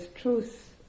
truth